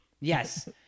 Yes